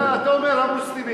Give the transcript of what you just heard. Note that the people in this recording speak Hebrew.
אתה אומר המוסלמי.